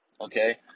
Okay